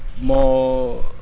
more